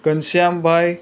ઘનશ્યામભાઈ